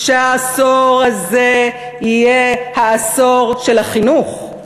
שהעשור הזה יהיה העשור של החינוך.